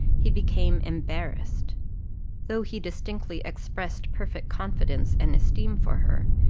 he became embarrassed though he distinctly expressed perfect confidence and esteem for her,